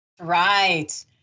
Right